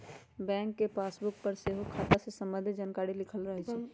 bank के passbook पर सेहो खता से संबंधित जानकारी लिखल रहै छइ